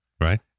Right